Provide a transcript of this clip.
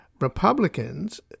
Republicans